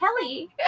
Kelly